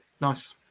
Nice